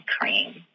cream